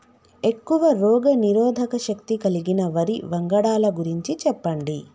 ఎక్కువ రోగనిరోధక శక్తి కలిగిన వరి వంగడాల గురించి చెప్పండి?